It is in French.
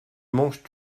manges